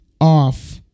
off